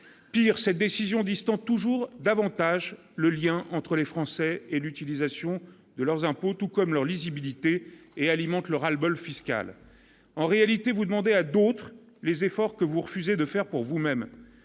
pire cette décision distant toujours davantage le lien entre les Français et l'utilisation de leurs impôts, tout comme leur lisibilité et alimentent le ras-le-bol fiscal en réalité vous demander à d'autres les efforts que vous refusez de faire pour vous-même,